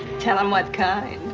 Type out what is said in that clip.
tell him what kind.